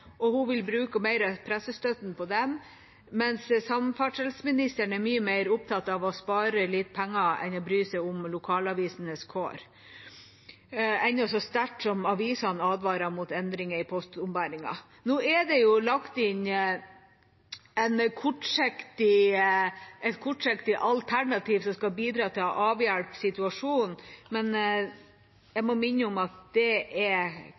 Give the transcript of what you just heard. og hun vil bruke mer av pressestøtten på den, mens samferdselsministeren er mye mer opptatt av å spare litt penger enn å bry seg om lokalavisenes kår, enda så sterkt som avisene advarer mot endringer i postombæringen. Nå er det lagt inn et kortsiktig alternativ som skal bidra til å avhjelpe situasjonen, men jeg må minne om at det er